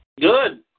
Good